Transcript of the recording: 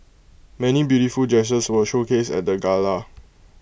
many beautiful dresses were showcased at the gala